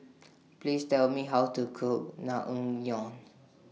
Please Tell Me How to Cook Naengmyeon